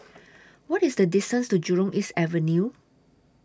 What IS The distance to Jurong East Avenue